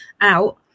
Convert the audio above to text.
out